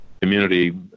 community